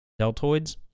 deltoids